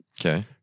Okay